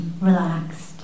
relaxed